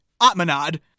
Atmanad